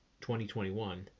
2021